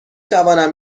توانم